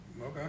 Okay